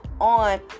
on